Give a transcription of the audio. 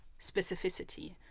specificity